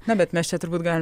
na bet mes čia turbūt galim